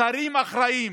שרים אחראיים,